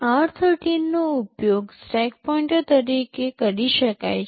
r13 નો ઉપયોગ stack pointer તરીકે કરી શકાય છે